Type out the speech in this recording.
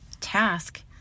task